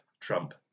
Trump